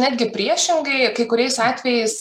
netgi priešingai kai kuriais atvejais